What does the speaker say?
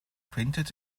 printed